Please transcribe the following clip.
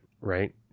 Right